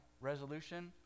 Resolution